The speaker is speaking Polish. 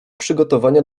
przygotowania